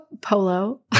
polo